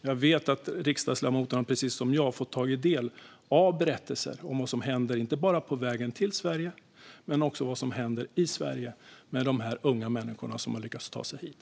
Jag vet att riksdagsledamoten precis som jag har fått ta del av berättelser om vad som händer inte bara på vägen till Sverige utan också om vad som händer i Sverige med de här unga människorna som har lyckats ta sig hit.